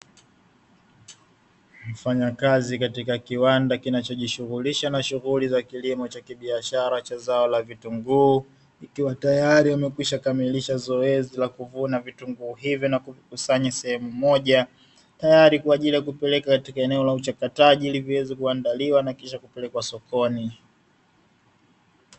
Mfanyakazi katika kiwanda kinachojishughulisha na shughuli za kilimo cha kibiashara cha zao la vitunguu. Ikiwa tayari wamekwisha kamilisha zoezi la kuvuna vitunguu hivi na kuvikusanya sehemu moja, tayari kwa ajili ya kupeleka katika eneo la uchakataji ili viweze kuandaliwa na kisha kupelekwa sokoni.